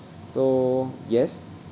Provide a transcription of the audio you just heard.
so yes